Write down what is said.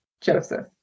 Joseph